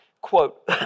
Quote